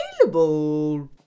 available